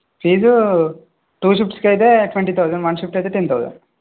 fee two షిఫ్ట్స్కి అయితే twenty thousand one shift అయితే టెన్ తౌజండ్